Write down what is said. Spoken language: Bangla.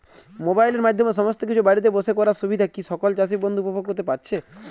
মোবাইলের মাধ্যমে সমস্ত কিছু বাড়িতে বসে করার সুবিধা কি সকল চাষী বন্ধু উপভোগ করতে পারছে?